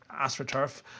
AstroTurf